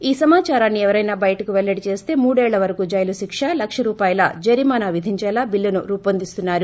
ఈ సమాచారాన్ని ఎవరైనా బయటకు పెల్లడిచేస్తే మూడేళ్ల వరకు జైలుశిక లక్ష రూపాయల జరిమానా విధించేలా బిల్లును రూపొందిస్తున్నారు